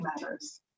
matters